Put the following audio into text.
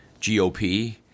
GOP